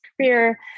career